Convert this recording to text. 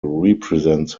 represents